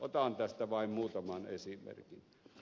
otan tästä vain muutaman esimerkin